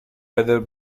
whether